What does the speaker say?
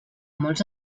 molts